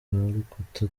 rukuta